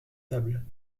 tables